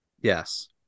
Yes